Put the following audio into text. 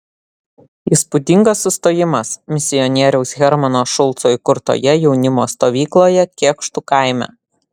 įspūdingas sustojimas misionieriaus hermano šulco įkurtoje jaunimo stovykloje kėkštų kaime